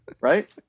right